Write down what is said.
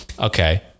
okay